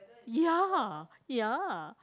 ya ya